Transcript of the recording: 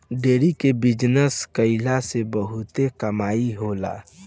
dairy के business कईला से बहुते कमाई होला